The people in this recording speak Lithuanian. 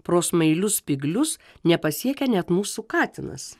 pro smailius spyglius nepasiekia net mūsų katinas